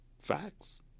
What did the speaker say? Facts